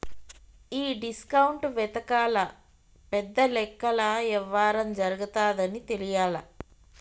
ఈ డిస్కౌంట్ వెనకాతల పెద్ద లెక్కల యవ్వారం జరగతాదని తెలియలా